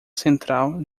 central